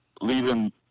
leaving